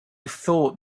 thought